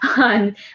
on